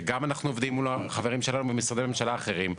וגם אנחנו עובדים מול החברים שלנו ממשרדי ממשלה אחרים,